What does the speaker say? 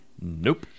nope